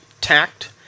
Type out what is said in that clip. tact